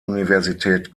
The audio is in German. universität